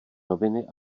noviny